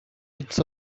its